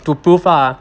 to prove lah